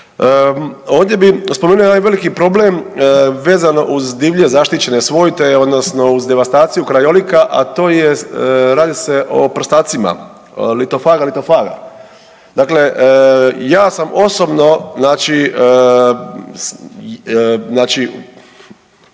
Ovdje bi spomenuo jedan veliki problem vezano uz divlje zaštićene svojte odnosno uz devastaciju krajolika, a to jest radi se o prstacima Lithophaga lithophaga, dakle ja sam osnovno znači, znači